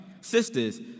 Sisters